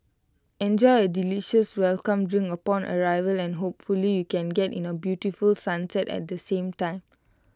enjoy A delicious welcome drink upon arrival and hopefully you can get in the beautiful sunset at the same time